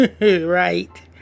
right